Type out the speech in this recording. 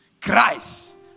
Christ